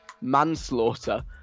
manslaughter